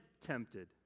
tempted